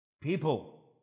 People